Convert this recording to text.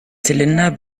zylinder